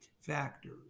factors